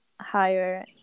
higher